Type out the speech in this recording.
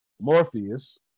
morpheus